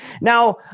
Now